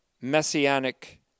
messianic